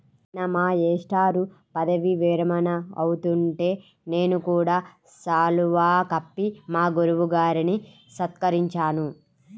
నిన్న మా మేష్టారు పదవీ విరమణ అవుతుంటే నేను కూడా శాలువా కప్పి మా గురువు గారిని సత్కరించాను